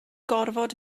gorfod